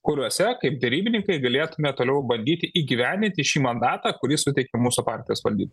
kuriuose kaip derybininkai galėtume toliau bandyti įgyvendinti šį mandatą kurį suteikė mūsų partijos valdyba